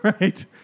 Right